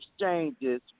exchanges